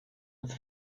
with